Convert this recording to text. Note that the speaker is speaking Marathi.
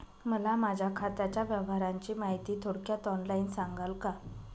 मला माझ्या खात्याच्या व्यवहाराची माहिती थोडक्यात ऑनलाईन सांगाल का?